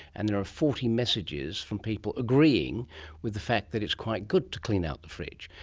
and there are forty messages from people agreeing with the fact that it's quite good to clean out the fridge.